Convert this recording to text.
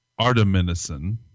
artemisinin